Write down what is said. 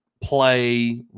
play